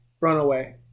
Runaway